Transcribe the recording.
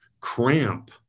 cramp